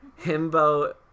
Himbo